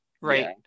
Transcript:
right